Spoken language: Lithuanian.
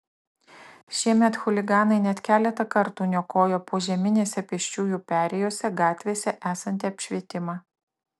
šiemet chuliganai net keletą kartų niokojo požeminėse pėsčiųjų perėjose gatvėse esantį apšvietimą